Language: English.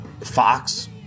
Fox